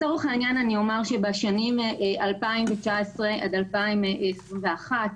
בשנים 2019 2021,